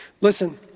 Listen